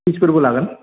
फिसफोरबो लागोन